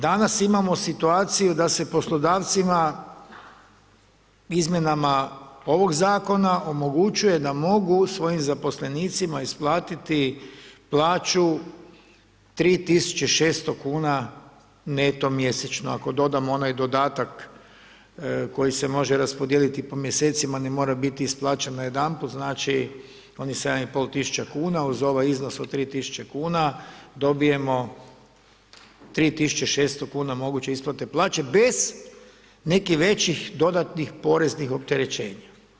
Danas imamo situaciju da se poslodavcima izmjenama ovog zakona omogućuje da mogu svojim zaposlenicima isplatiti plaću 3600 kuna neto mjesečno ako dodamo onaj dodatak koji se može raspodijeliti po mjesecima, ne mora biti isplaćen na jedanput, znači on je 7,5 tisuća kuna, uz ovaj iznos od 3000 kuna dobijemo 3600 kuna moguće isplate plaće bez nekih većih dodatnih poreznih opterećenja.